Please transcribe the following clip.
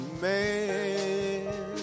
man